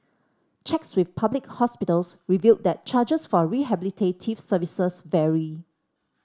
checks with public hospitals revealed that charges for rehabilitative services vary